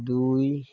দুই